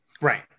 Right